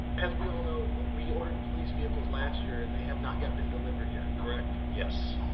as we all know, we ordered police vehicles last year and they have not yet been delivered yet, correct? yes.